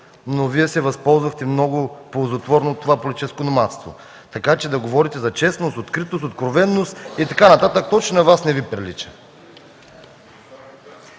но Вие се възползвахте много ползотворно от това политическо номадство. Така че да говорите за честност, откритост и откровеност и така нататък, точно на Вас не Ви прилича.